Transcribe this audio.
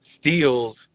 Steals